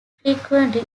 frequently